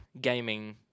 gaming